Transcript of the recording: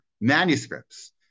manuscripts